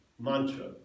mantra